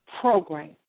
program